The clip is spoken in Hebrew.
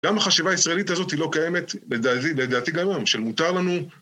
גם החשיבה הישראלית הזאת היא לא קיימת, לדעתי גם היום, של מותר לנו...